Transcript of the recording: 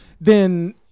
then-